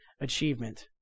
achievement